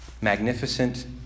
magnificent